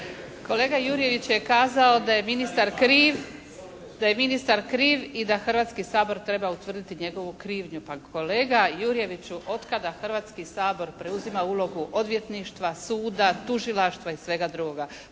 Kolega Jurjević je kazao da je ministar kriv i da Hrvatski sabor treba utvrditi njegovu krivnju. Pa kolega Jurjeviću od kada Hrvatski sabor preuzima ulogu odvjetništva, suda, tužilaštva i svega drugoga?